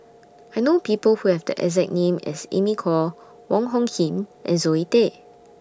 I know People Who Have The exact name as Amy Khor Wong Hung Khim and Zoe Tay